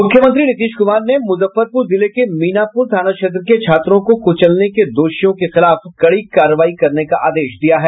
मुख्यमंत्री नीतीश कुमार ने मुजफ्फरपूर जिले के मीनापूर थाना क्षेत्र में छात्रों को कुचलने के दोषियों के खिलाफ कड़ी कार्रवाई करने का आदेश दिया है